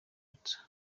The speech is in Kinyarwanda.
urwibutso